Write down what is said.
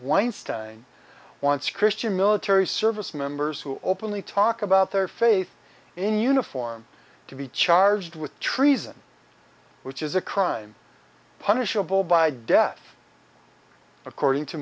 wants christian military service members who openly talk about their faith in uniform to be charged with treason which is a crime punishable by death according to